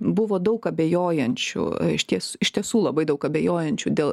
buvo daug abejojančių iš ties iš tiesų labai daug abejojančių dėl